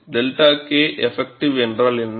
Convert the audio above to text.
𝜹k effective என்றால் என்ன